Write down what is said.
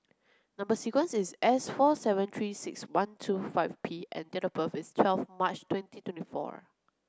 number sequence is S four seven three six one two five P and date of birth is twelve March twenty twenty four